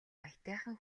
аятайхан